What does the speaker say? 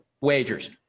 wagers